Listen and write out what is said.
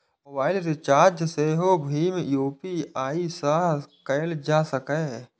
mobile recharge सेहो भीम UPI सं कैल जा सकैए